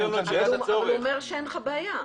רוצה לגייס --- אבל הוא אומר שאין לך בעיה.